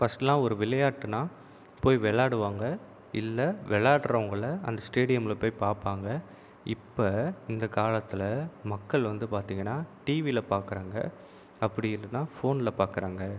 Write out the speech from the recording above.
ஃபர்ஸ்ட்லாம் ஒரு விளையாட்டுனா போய் விளையாடுவாங்க இல்லை விளையாடுறவங்களை அந்த ஸ்டேடியமில் போய் பார்ப்பாங்க இப்போ இந்த காலத்தில் மக்கள் வந்து பார்த்தீங்கனா டீவியில் பார்க்குறாங்க அப்படியில்லனா ஃபோனில் பார்க்குறாங்க